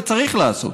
וצריך לעשות.